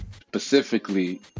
specifically